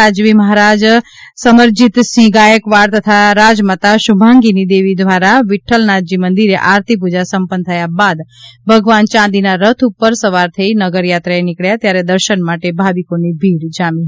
રાજવી મહારાજા સમરજીતસિંહ ગાયકવાડ તથા રાજમાતા શ્રંભાગિની દેવીદ્વારા વિક્રલનાથજી મંદિરે આરતી પૂજા સંપન્ન થયા બાદ ભગવાન ચાંદીના રથ ઉપર સવાર થઇ નગરયાત્રાએ નીકળ્યા ત્યારે દર્શન માટે ભાવિકોની ભીડ જામી હતી